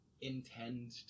intend